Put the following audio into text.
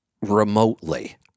remotely